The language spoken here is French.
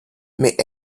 mais